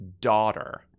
daughter